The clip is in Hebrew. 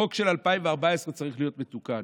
החוק של 2014 צריך להיות מתוקן.